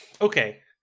okay